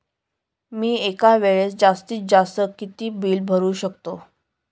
मी एका वेळेस जास्तीत जास्त किती बिल भरू शकतो?